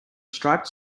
striped